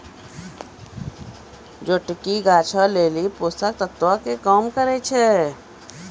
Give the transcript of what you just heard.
जोटकी गाछो लेली पोषक तत्वो के काम करै छै